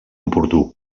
oportú